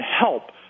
help